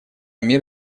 мир